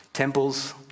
Temples